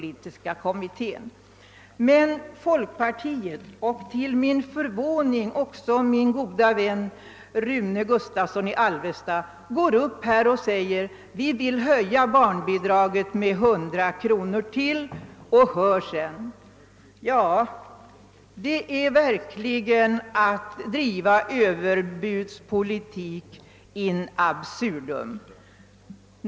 Men representanter för folkpartiet — och till min förvåning också min gode vän Rune Gustavsson i Alvesta — stiger trots detta nu upp och säger: Vi vill höja barnbidraget med 100 kronor, och hör sen! Ja, det är verkligen att driva överbudspolitik in absurdum.